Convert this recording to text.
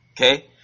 Okay